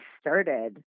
started